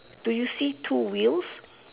do you see two wheels